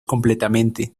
completamente